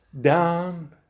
down